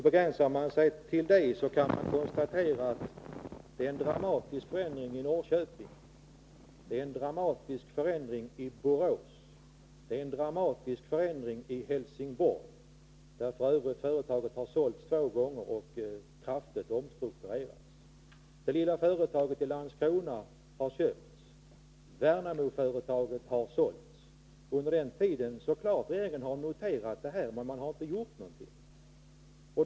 Begränsar man sig till den tiden kan man konstatera att det skett en dramatisk förändring i Norrköping, en dramatisk förändring i Borås, en dramatisk förändring i Helsingborg — där f. ö. företaget har sålts två gånger och kraftigt omstrukturerats. Det lilla företaget i Landskrona har köpts, Värnamoföretaget har sålts. Och under tiden har regeringen noterat detta, men den har inte gjort någonting.